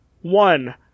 one